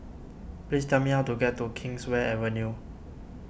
please tell me how to get to Kingswear Avenue